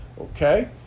Okay